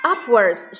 Upwards